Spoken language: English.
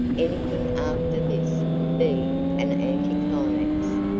anything after this would be an anti-climax.